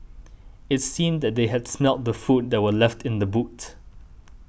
it seemed that they had smelt the food that were left in the boot